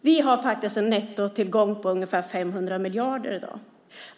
Vi har en nettotillgång på ungefär 500 miljarder i dag.